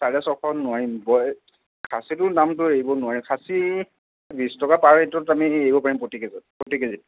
চাৰে ছয়শত নোৱাৰিম ব খাচীটোৰ দামটো এৰিব নোৱাৰিম খাচী বিছ টকা পাৰ ৰে'টত আমি এৰিব পাৰিম প্ৰতি কেজত প্ৰতি কেজিত